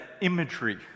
imagery